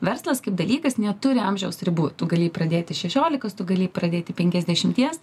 verslas kaip dalykas neturi amžiaus ribų tu gali pradėti šešiolikos tu gali pradėti penkiasdešimties